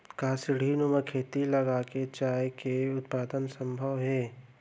का सीढ़ीनुमा खेती लगा के चाय के उत्पादन सम्भव हे?